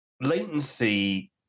latency